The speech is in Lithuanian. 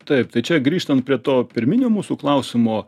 taip tai čia grįžtant prie to pirminio mūsų klausimo